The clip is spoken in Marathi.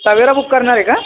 तवेरा बुक करणार आहे का